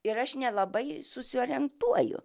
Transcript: ir aš nelabai susiorientuoju